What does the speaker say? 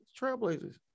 Trailblazers